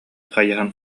хайыһан